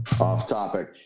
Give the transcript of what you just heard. Off-topic